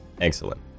Excellent